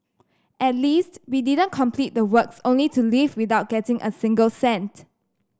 at least we didn't complete the works only to leave without getting a single cent